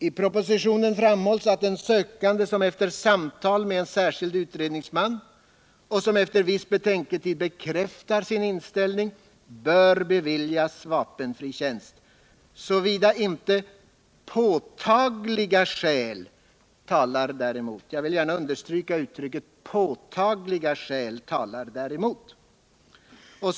I propositionen framhålls att en sökande som efter samtal med en särskild utredningsman och efter viss betänketid bekräftar sin inställning, bör beviljas vapenfri tjänst, såvida inte påtagliga skäl talar däremot.